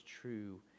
true